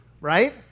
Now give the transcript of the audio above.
right